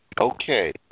Okay